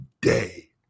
day